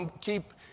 keep